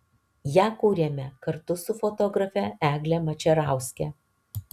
ją kūrėme kartu su fotografe egle mačerauske